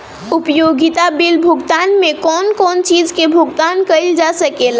उपयोगिता बिल भुगतान में कौन कौन चीज के भुगतान कइल जा सके ला?